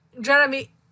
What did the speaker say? jeremy